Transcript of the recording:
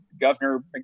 Governor